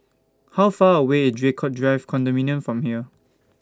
How Far away IS Draycott Drive Condominium from here